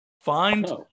Find